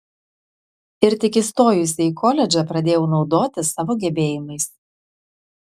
ir tik įstojusi į koledžą pradėjau naudotis savo gebėjimais